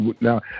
Now